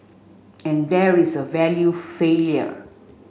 and there is a value failure